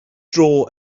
dro